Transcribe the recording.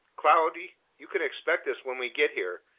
cloudy, you can expect us when we get here.